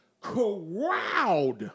crowd